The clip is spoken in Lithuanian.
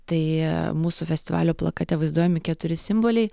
tai mūsų festivalio plakate vaizduojami keturi simboliai